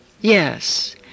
Yes